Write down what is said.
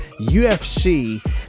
UFC